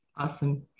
Awesome